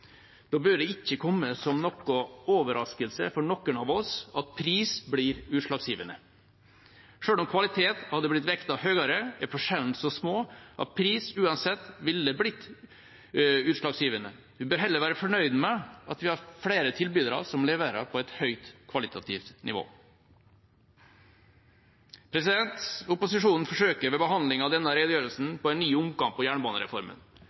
overraskelse for noen av oss at pris blir utslagsgivende. Selv om kvalitet hadde blitt vektet høyere, er forskjellene så små at pris uansett ville blitt utslagsgivende. Vi bør heller være fornøyd med at vi har flere tilbydere som leverer på et høyt kvalitativt nivå. Opposisjonen forsøker seg ved behandlingen av denne redegjørelsen på en ny omkamp om jernbanereformen.